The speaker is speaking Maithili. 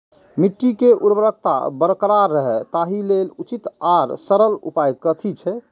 मिट्टी के उर्वरकता बरकरार रहे ताहि लेल उचित आर सरल उपाय कथी छे?